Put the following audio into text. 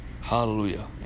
Hallelujah